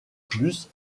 plus